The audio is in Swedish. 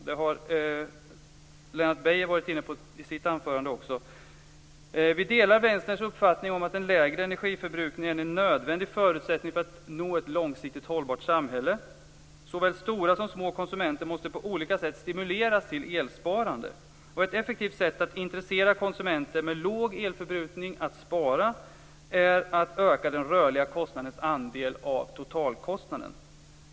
Detta var också Lennart Beijer inne på i sitt anförande. Vi delar Vänsterns uppfattning att en lägre energiförbrukning är en nödvändig förutsättning för att nå ett långsiktigt hållbart samhälle. Såväl stora som små konsumenter måste på olika sätt stimuleras till elsparande. Ett effektivt sätt att intressera konsumenter med låg elförbrukning för att spara är att öka den rörliga kostnadens andel av totalkostnaden.